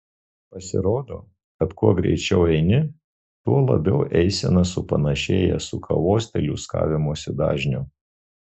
pasirodo kad kuo greičiau eini tuo labiau eisena supanašėja su kavos teliūskavimosi dažniu